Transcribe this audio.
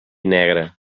negre